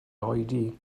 oedi